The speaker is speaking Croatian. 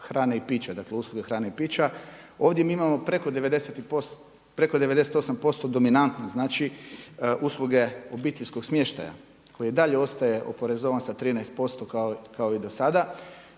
hrane i pića, dakle usluge hrane i pića. Ovdje mi imamo preko 98% dominantne, znači usluge obiteljskog smještaja koji i dalje ostaje oporezovan sa 13% kao i do sada